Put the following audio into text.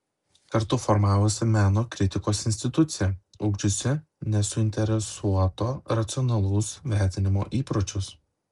kartu formavosi meno kritikos institucija ugdžiusi nesuinteresuoto racionalaus vertinimo įpročius